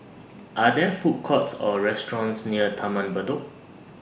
Are There Food Courts Or restaurants near Taman Bedok